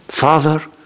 Father